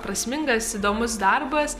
prasmingas įdomus darbas